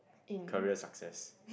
career success